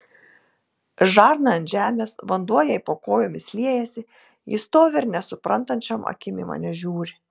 žarna ant žemės vanduo jai po kojomis liejasi ji stovi ir nesuprantančiom akim į mane žiūri